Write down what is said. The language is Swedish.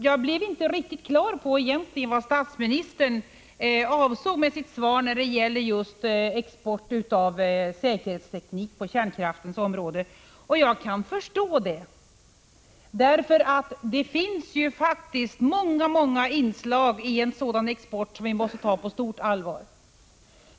Jag blev inte riktigt på det klara med vad statsministern avsåg med sitt svar i fråga om just export av säkerhetsteknik på kärnkraftens område. Jag kan förstå att han svarade på det sättet, därför att det finns många inslag i en sådan export som måste tas på stort allvar.